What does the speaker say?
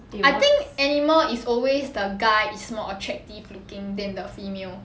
I think animal is always the guy is more attractive looking than the female